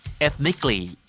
ethnically